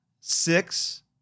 six